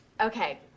okay